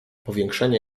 powiększenie